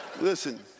Listen